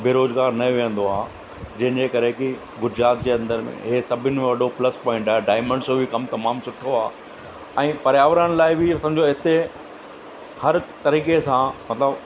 बेरोज़गारु न विहंदो आहे जंहिंजे करे की गुजरात जे अंदरि में हे सभिनि में वॾो प्लस पॉइंट आहे डायमंड जो बि कमु तमामु सुठो आहे ऐं पर्यावरण लाइ बि सम्झो हिते हर तरीक़े सां मतिलबु